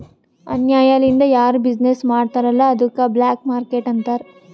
ಅನ್ಯಾಯ ಲಿಂದ್ ಯಾರು ಬಿಸಿನ್ನೆಸ್ ಮಾಡ್ತಾರ್ ಅಲ್ಲ ಅದ್ದುಕ ಬ್ಲ್ಯಾಕ್ ಮಾರ್ಕೇಟ್ ಅಂತಾರ್